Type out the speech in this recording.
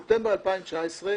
(היו"ר יעל כהן-פארן, 12:48) ספטמבר 2019,